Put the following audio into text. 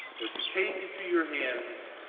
what you take into your hands,